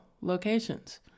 locations